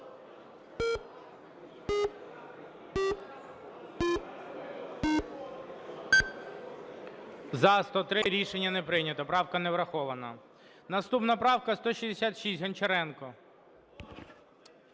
За-103 Рішення не прийнято. Правка не врахована. Наступна правка - 166, Гончаренко.